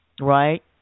right